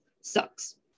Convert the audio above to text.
sucks